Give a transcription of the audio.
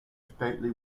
stately